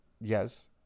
Yes